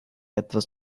etwas